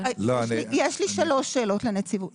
יש לי שלוש שאלות לנציבות.